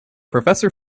professor